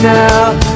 now